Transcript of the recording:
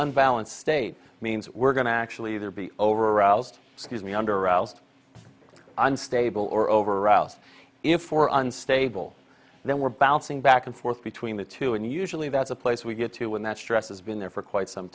unbalanced state means we're going to actually there be over ralph's use me under ralph unstable or over or else if for unstable then we're bouncing back and forth between the two and usually that's a place we get to when that stress has been there for quite some